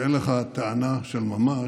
כשאין לך טענה של ממש,